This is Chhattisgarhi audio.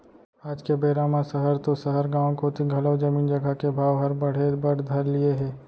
आज के बेरा म सहर तो सहर गॉंव कोती घलौ जमीन जघा के भाव हर बढ़े बर धर लिये हे